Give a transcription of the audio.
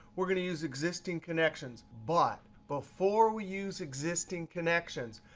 we're going to use existing connections. but before we use existing connections,